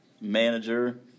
manager